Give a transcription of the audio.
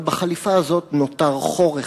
אבל בחליפה הזאת נותר חור אחד.